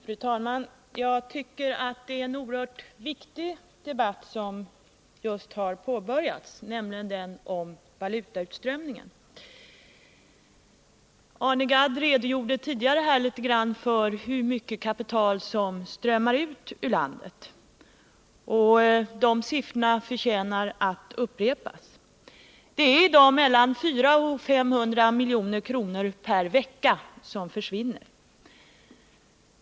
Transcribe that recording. Fru talman! Jag tycker att det är en oerhört viktig debatt som just har påbörjats, nämligen den om valutautströmningen. Arne Gadd redogjorde tidigare för hur mycket kapital som strömmar ut ur landet. De siffrorna förtjänar att upprepas: det är i dag mellan 400 och 500 milj.kr. per vecka som försvinner.